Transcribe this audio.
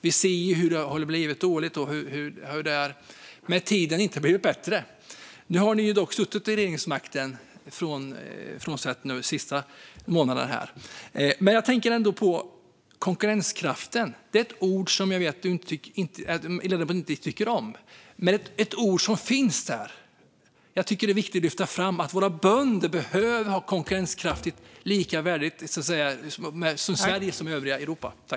Vi ser ju hur dåligt det har blivit och hur det inte har blivit bättre med tiden. Frånsett de senaste månaderna har ni nu suttit vid regeringsmakten. Jag tänker på konkurrenskraften. Det är ett ord som jag vet att ledamoten inte tycker om. Men det är ett ord som finns där, och jag tycker att det är viktigt att lyfta fram att våra bönder behöver ha en likvärdig konkurrenskraft som bönderna i övriga Europa.